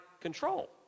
control